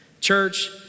Church